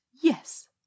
yes